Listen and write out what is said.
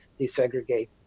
desegregate